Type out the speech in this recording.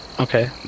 Okay